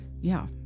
Yeah